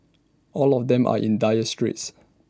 all of them are in dire straits